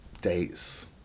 dates